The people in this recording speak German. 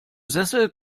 sessel